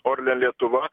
orlen lietuva